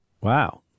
Wow